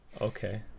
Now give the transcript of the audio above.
okay